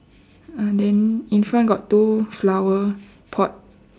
ah then in front got two flower pot